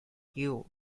cue